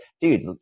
dude